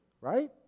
right